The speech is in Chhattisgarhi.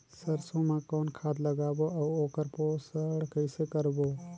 सरसो मा कौन खाद लगाबो अउ ओकर पोषण कइसे करबो?